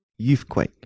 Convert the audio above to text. youthquake